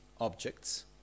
objects